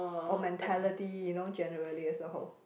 or mentality you know generally as a whole